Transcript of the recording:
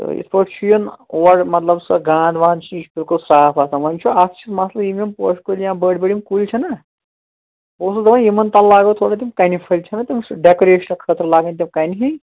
تہٕ یِتھ پٲٹھۍ چھِ یُن اور مطلب سۄ گانٛد وانٛد چھِ یہِ چھِ بلکُل صاف آسان وۄنۍ چھُ اَکھ چیٖز مسلہٕ یِم یِم پوشہٕ کُلۍ یا بٔڑۍ بٔڑۍ یِم کُلۍ چھِنَہ بہٕ اوسُس دَپان یِمن تَل لاگو تھوڑا تِم کَنہِ پھٔلۍ چھِنَہ تِم سُہ ڈٮ۪کُریشنہٕ خٲطرٕ لاگان تِم کَنہِ ہی